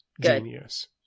genius